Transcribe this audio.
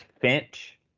Finch